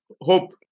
Hope